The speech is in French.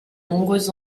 nombreuses